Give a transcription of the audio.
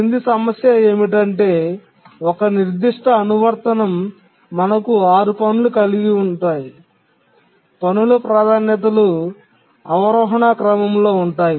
కింది సమస్య ఏమిటంటే ఒక నిర్దిష్ట అనువర్తనం మనకు 6 పనులు కలిగి ఉంది పనుల ప్రాధాన్యతలు అవరోహణ క్రమంలో ఉంటాయి